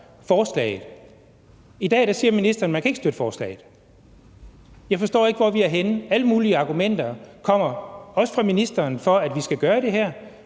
forslaget, men i dag siger ministeren, at man ikke kan støtte forslaget. Jeg forstår ikke, hvor vi er henne. Der kommer alle mulige argumenter, også fra ministeren, for, at vi skal gøre det her,